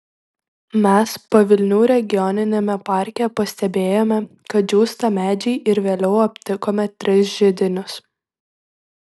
mes pavilnių regioniniame parke pastebėjome kad džiūsta medžiai ir vėliau aptikome tris židinius